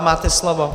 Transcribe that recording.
Máte slovo.